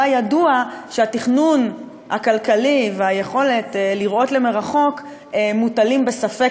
שבה ידוע שהתכנון הכלכלי והיכולת לראות למרחוק מוטלים בספק,